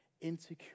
insecure